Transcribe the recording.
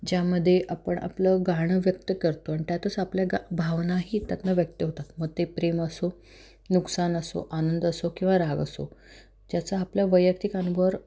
ज्यामध्ये आपण आपलं गाणं व्यक्त करतो आणि त्यातच आपल्या गा भावनाही त्यातनं व्यक्त होतात मग ते प्रेम असो नुकसान असो आनंद असो किंवा राग असो ज्याचा आपल्या वैयक्तिक अनुभव